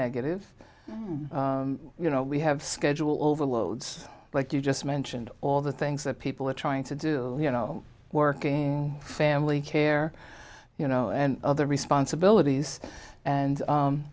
negative you know we have schedule overloads like you just mentioned all the things that people are trying to do you know working family care you know and other responsibilities and